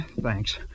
Thanks